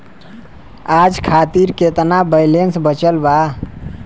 आज खातिर केतना बैलैंस बचल बा?